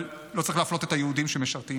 אבל לא צריך להפלות את היהודים שמשרתים.